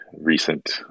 recent